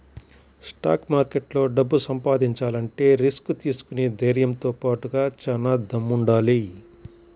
stock మార్కెట్లో డబ్బు సంపాదించాలంటే రిస్క్ తీసుకునే ధైర్నంతో బాటుగా చానా దమ్ముండాలి